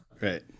Right